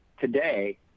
Today